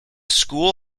school